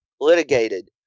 litigated